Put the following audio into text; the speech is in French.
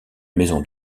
maison